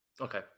okay